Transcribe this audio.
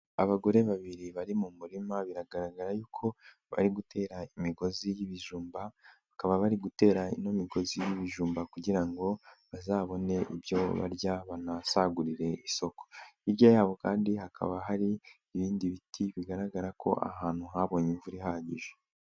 Abagore babiri bari mu murima biragaragara yuko bari gutera imigozi y'ibijumba. Bakaba bari gutera ino migozi y'ibijumba kugira ngo bazabone ibyo barya banasagurire isoko. Hirya yabo kandi hakaba hari ibindi biti bigaragara ko ahantu habonye imvura ihagije.